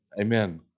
Amen